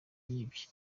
yibye